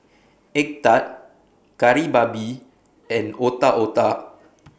Egg Tart Kari Babi and Otak Otak